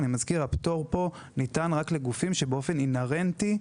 אני מזכיר: הפטור ניתן רק לגופים שבאופן אינהרנטי,